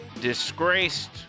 disgraced